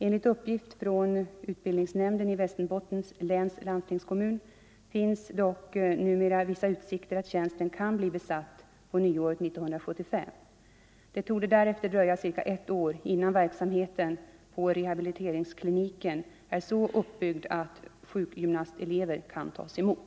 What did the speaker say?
Enligt uppgift från utbildningsnämnden i Västerbottens läns landstingskommun finns dock numera vissa utsikter att tjänsten kan bli besatt på nyåret 1975. Det torde därefter dröja cirka ett år innan verksamheten på rehabiliteringskliniken är så uppbyggd att sjukgymnastelever kan tas emot.